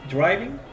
Driving